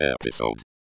episode